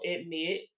admit